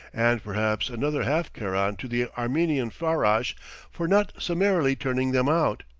and perhaps another half-keran to the armenian farrash for not summarily turning them out.